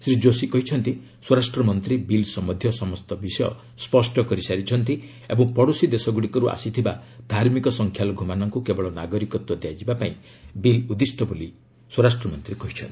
ଶ୍ରୀ ଯୋଶୀ କହିଛନ୍ତି ସ୍ୱରାଷ୍ଟ୍ରମନ୍ତ୍ରୀ ବିଲ୍ ସମ୍ବନ୍ଧୀୟ ସମସ୍ତ ବିଷୟ ସ୍ୱଷ୍ଟ କରିସାରିଛନ୍ତି ଓ ପଡୋଶୀ ଦେଶଗୁଡ଼ିକରୁ ଆସିଥିବା ଧାର୍ମିକ ସଂଖ୍ୟାଲଘୁମାନଙ୍କୁ କେବଳ ନାଗରିକତ୍ୱ ଦିଆଯିବା ପାଇଁ ବିଲ୍ ଉଦ୍ଧୀଷ୍ଟ ବୋଲି ସେ କହିଛନ୍ତି